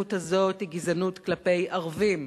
והגזענות הזאת היא גזענות כלפי ערבים,